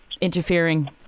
interfering